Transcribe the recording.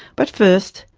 but first,